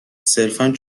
صرفا